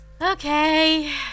Okay